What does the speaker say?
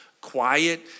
quiet